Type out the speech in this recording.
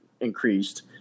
increased